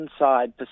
inside